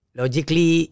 logically